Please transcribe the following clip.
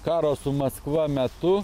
karo su maskva metu